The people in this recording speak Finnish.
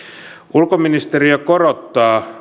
ulkoministeriö korottaa